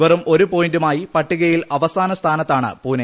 വെറും ഒരു പോയിന്റുമായി പട്ടികയിൽ അവസാന സ്ഥാനത്താണ് പൂനെ